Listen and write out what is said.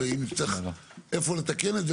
ואם צריך איפשהו לתקן את זה,